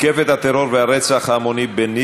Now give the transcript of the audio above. הצעת חוק הרשויות המקומיות (בחירות) (תיקון,